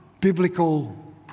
biblical